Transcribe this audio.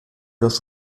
los